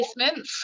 placements